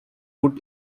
put